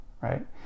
right